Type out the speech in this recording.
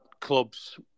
clubs